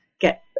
get